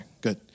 Good